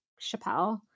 Chappelle